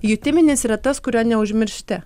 jutiminis yra tas kurio neužmiršti